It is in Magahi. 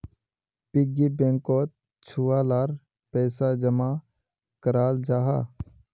पिग्गी बैंकोत छुआ लार पैसा जमा कराल जाहा